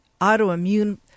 autoimmune